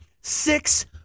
Six